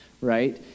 right